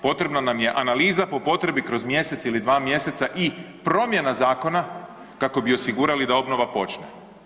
Potrebna nam je analiza po potrebi kroz mjesec ili dva mjeseca i promjena zakona kako bi osigurali da obnova počne.